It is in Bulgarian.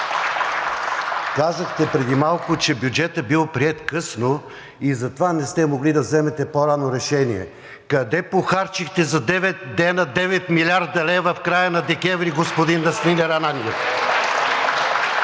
Казахте преди малко, че бюджетът е бил приет късно, и затова не сте могли да вземете по-рано решение. Къде похарчихте за девет дни 9 млрд. лв. в края на декември, господин Настимир Ананиев?